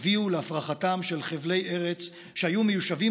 הביאו להפרחתם של חבלי ארץ שהיו מיושבים